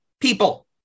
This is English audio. people